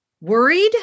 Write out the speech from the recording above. Worried